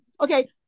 Okay